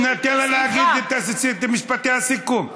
תן לה להגיד את משפטי הסיכום.